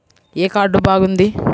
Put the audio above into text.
ఏ card బాగుంది?